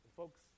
Folks